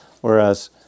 whereas